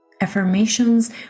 affirmations